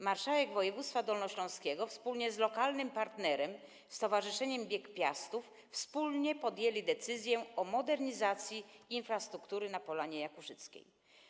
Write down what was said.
Marszałek województwa dolnośląskiego wspólnie z lokalnym partnerem, tj. Stowarzyszeniem Bieg Piastów, wspólnie podjęli decyzję o modernizacji infrastruktury na Polanie Jakuszyckiej.